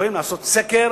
שיכולים לעשות סקר